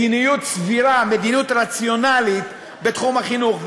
מדיניות סבירה, מדיניות רציונלית בתחום החינוך.